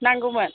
नांगौमोन